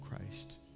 Christ